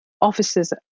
officers